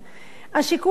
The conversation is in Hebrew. השיקול השני,